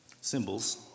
symbols